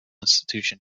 institution